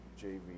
JV